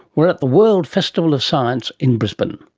we're at the world festival of science in brisbane.